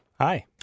Hi